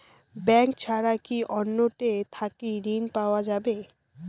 Bank ছাড়া কি অন্য টে থাকি ঋণ পাওয়া যাবে?